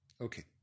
Okay